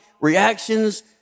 reactions